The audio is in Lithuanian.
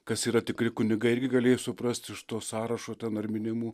kas yra tikri kunigai irgi galėjai suprast iš to sąrašo ten ar minimų